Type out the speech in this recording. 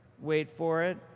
wait for it.